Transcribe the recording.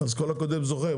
אז כל הקודם זוכה?